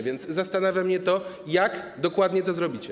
Więc zastanawia mnie to, jak dokładnie to zrobicie.